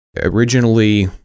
Originally